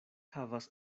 havas